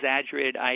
exaggerated